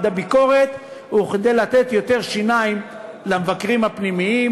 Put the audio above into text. הביקורת וכדי לתת יותר שיניים למבקרים הפנימיים.